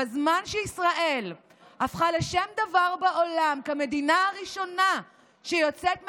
בזמן שישראל הפכה לשם דבר בעולם כמדינה הראשונה שיוצאת מהקורונה,